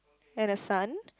and a sun